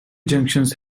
junctions